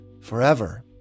forever